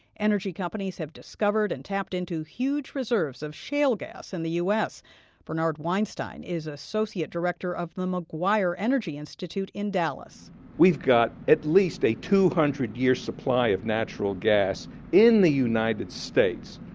energy companies have discovered and tapped into huge reserves of shale gas in the u s bernard weinstein is associate director of the maguire energy institute in dallas we've got at least a two hundred year supply of natural gas in the united states.